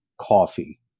coffee